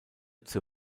zur